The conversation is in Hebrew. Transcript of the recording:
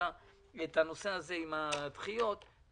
הנושא של הדחיות כל הזמן,